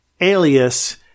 alias